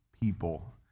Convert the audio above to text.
people